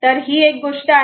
तर ही एक गोष्ट आहे